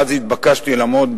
ואז התבקשתי לעמוד,